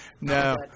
no